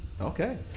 Okay